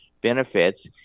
benefits